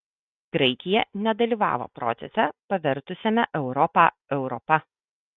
graikija nedalyvavo procese pavertusiame europą europa